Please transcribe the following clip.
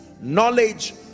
knowledge